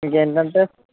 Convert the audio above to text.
ఇంకేంటంటే